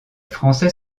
français